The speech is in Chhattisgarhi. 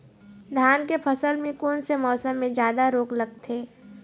धान के फसल मे कोन से मौसम मे जादा रोग लगथे?